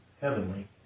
heavenly